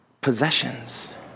possessions